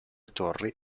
torri